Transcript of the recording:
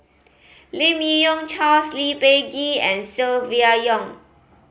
Lim Yi Yong Charles Lee Peh Gee and Silvia Yong